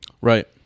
Right